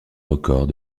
records